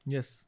Yes